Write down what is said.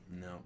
No